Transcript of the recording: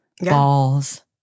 balls